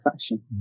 fashion